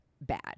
bad